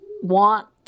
want